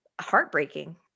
heartbreaking